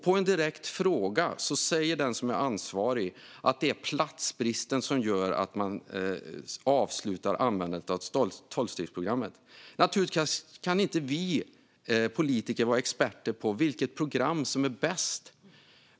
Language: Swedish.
På en direkt fråga säger den som är ansvarig att det är platsbristen som gör att man avslutar användandet av tolvstegsprogrammet. Naturligtvis kan inte vi politiker vara experter på vilket program som är bäst.